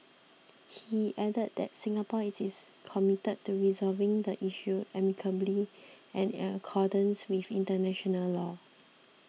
he added that Singapore is is committed to resolving the issue amicably and in accordance with international law